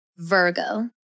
Virgo